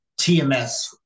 TMS